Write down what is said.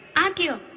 akio,